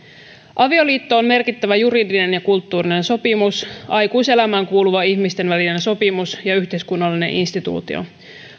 avioliitto on merkittävä juridinen ja kulttuurinen sopimus aikuiselämään kuuluva ihmisten välinen sopimus ja yhteiskunnallinen instituutio